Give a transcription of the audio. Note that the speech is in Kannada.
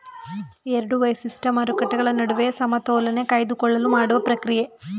ಎರಡು ವೈಶಿಷ್ಟ್ಯ ಮಾರುಕಟ್ಟೆಗಳ ನಡುವೆ ಸಮತೋಲನೆ ಕಾಯ್ದುಕೊಳ್ಳಲು ಮಾಡುವ ಪ್ರಕ್ರಿಯೆ